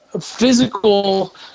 physical